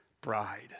bride